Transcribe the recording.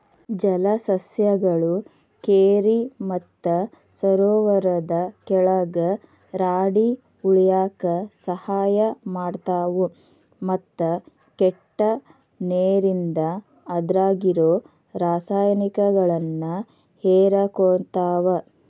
ಜಲಸಸ್ಯಗಳು ಕೆರಿ ಮತ್ತ ಸರೋವರದ ಕೆಳಗ ರಾಡಿ ಉಳ್ಯಾಕ ಸಹಾಯ ಮಾಡ್ತಾವು, ಮತ್ತ ಕೆಟ್ಟ ನೇರಿಂದ ಅದ್ರಾಗಿರೋ ರಾಸಾಯನಿಕಗಳನ್ನ ಹೇರಕೋತಾವ